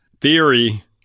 theory